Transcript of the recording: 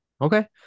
Okay